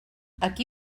aquí